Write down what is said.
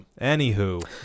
Anywho